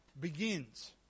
begins